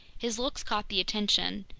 his looks caught the attention,